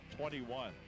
21